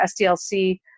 SDLC